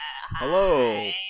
Hello